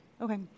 Okay